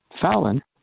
Fallon